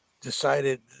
decided